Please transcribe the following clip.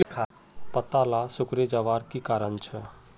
पत्ताला सिकुरे जवार की कारण छे?